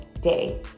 day